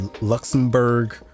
Luxembourg